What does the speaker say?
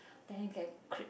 then can cre~